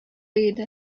иде